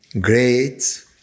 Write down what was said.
Great